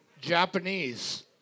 Japanese